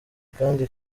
kandi